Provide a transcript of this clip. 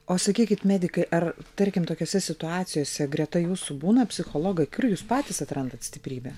o sakykit medikai ar tarkim tokiose situacijose greta jūsų būna psichologai kiur jūs patys atrandat stiprybę